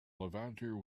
levanter